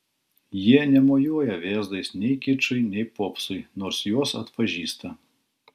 jie nemojuoja vėzdais nei kičui nei popsui nors juos atpažįsta